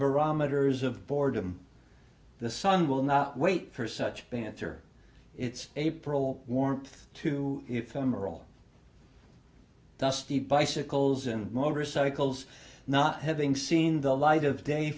barometers of boredom the sun will not wait for such banter it's april warmth too ephemeral dusty bicycles and motorcycles not having seen the light of day